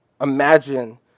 imagine